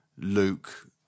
Luke